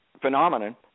phenomenon